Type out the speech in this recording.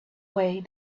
way